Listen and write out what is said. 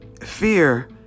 fear